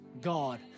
God